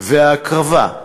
וההקרבה,